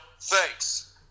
thanks